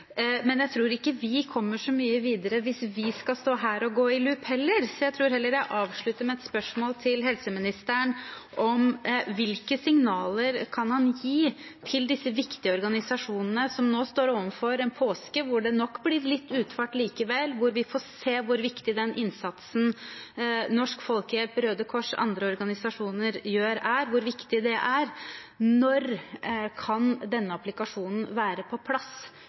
Men jeg tror ikke vi kommer så mye videre hvis vi skal stå her og gå i loop heller, så jeg tror heller jeg avslutter med et spørsmål til helseministeren om hvilke signaler han kan gi til disse viktige organisasjonene, som nå står overfor en påske hvor det nok blir litt utfart likevel, og hvor vi får se hvor viktig den innsatsen Norsk Folkehjelp, Røde Kors og andre organisasjoner gjør, er – hvor viktig det er. Når kan denne applikasjonen være på plass,